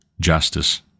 justice